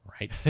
right